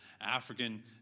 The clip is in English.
African